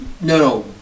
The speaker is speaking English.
no